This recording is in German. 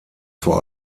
vor